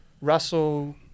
Russell